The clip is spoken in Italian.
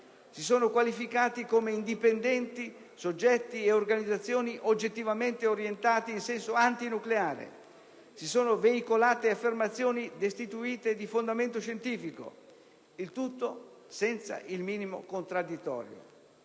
si sono qualificati come indipendenti soggetti e organizzazioni oggettivamente orientati in senso antinucleare; si sono veicolate affermazioni destituite di fondamento scientifico; il tutto senza il minimo contraddittorio.